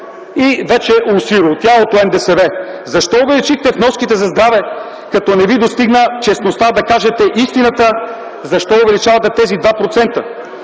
и вече осиротялото НДСВ, защо увеличихте вноските за здраве, като не ви достигна честността да кажете истината: защо увеличавате тези 2%?